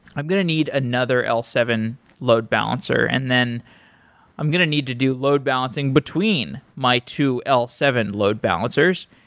i'm going to need another l seven load balancer, and then i'm going to need to do load-balancing between my two l seven load balancers.